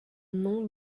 nom